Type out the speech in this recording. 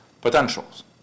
potentials